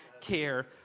care